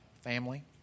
family